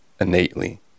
innately